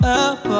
up